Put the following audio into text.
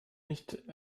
nicht